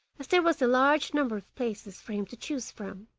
as there was a large number of places for him to choose from.